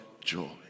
joy